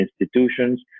institutions